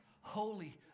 holy